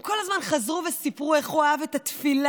הם כל הזמן חזרו וסיפרו איך הוא אהב את התפילה,